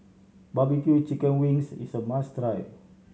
barbecue chicken wings is a must try